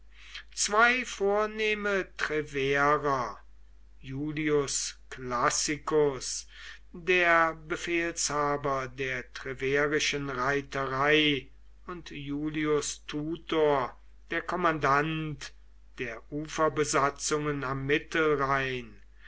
zwei vornehme treverer iulius classicus der befehlshaber der treverischen reiterei und iulius tutor der kommandant der uferbesatzungen am